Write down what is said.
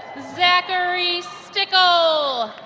zachary stickel.